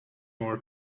more